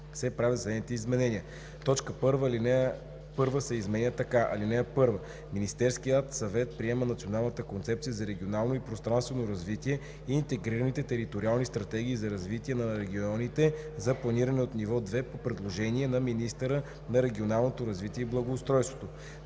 така: „(1) Министерският съвет приема Националната концепция за регионално и пространствено развитие и интегрираните териториални стратегии за развитие на регионите от ниво 2 по предложение на министъра на регионалното развитие и благоустройството.“